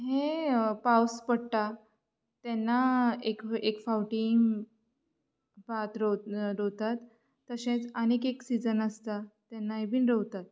हें पावस पडटा तेन्ना एक फावटी भात रोव रोवतात तशेंच आनी एक सिजन आसता तेन्नाय बी रोवतात